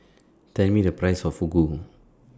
Tell Me The Price of Fugu